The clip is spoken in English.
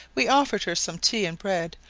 we offered her some tea and bread,